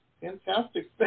Fantastic